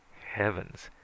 Heavens